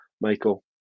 Michael